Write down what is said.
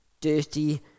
dirty